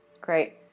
Great